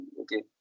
okay